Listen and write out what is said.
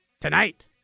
tonight